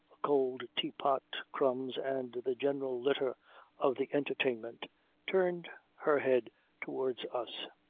a cold teapot, crumbs, and the general litter of the entertainment turned her head towards us.